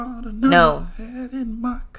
No